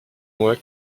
mois